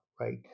right